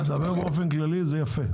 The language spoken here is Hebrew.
לדבר באופן כללי זה יפה.